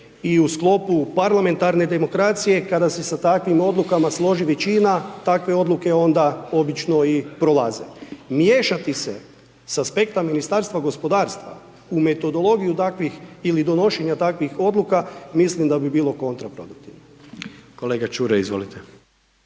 i u sklopu parlamentarne demokracije, kada se sa takvim odlukama složi većina, takve odluke onda obično i prolaze. Miješati se s aspekta Ministarstva gospodarstva u metodologiju takvih ili donošenja takvih odluka, mislim da bi bilo kontraproduktivno. **Jandroković,